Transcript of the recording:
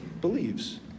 believes